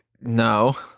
no